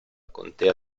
contea